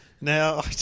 Now